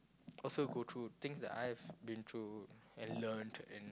also go through things that I have been through and learnt and